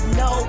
no